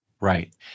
Right